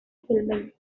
filming